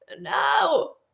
no